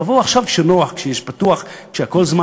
תבואו עכשיו כשנוח, כשפתוח, כשיש זמן.